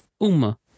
Uma